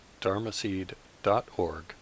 dharmaseed.org